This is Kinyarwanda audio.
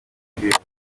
buryo